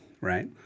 right